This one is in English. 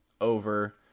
over